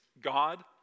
God